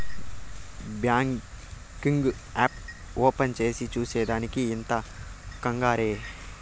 banking app open చేసి చూసే దానికి ఇంత కంగారే